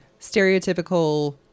stereotypical